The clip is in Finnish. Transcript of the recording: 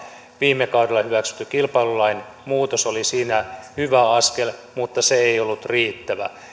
viime kaudella hyväksytty kilpailulain muutos oli siinä hyvä askel mutta se ei ollut riittävä